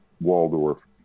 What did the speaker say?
Waldorf